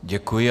Děkuji.